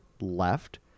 left